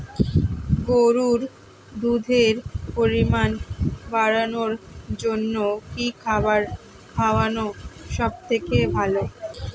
গরুর দুধের পরিমাণ বাড়ানোর জন্য কি খাবার খাওয়ানো সবথেকে ভালো?